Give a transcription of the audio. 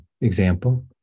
example